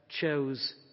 chose